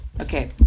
okay